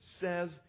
says